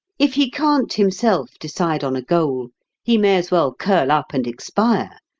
if he can't himself decide on a goal he may as well curl up and expire,